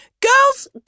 Girls